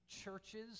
churches